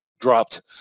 dropped